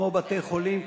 כמו בתי-חולים,